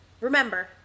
Remember